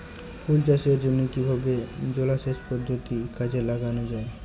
ফুল চাষের জন্য কিভাবে জলাসেচ পদ্ধতি কাজে লাগানো যাই?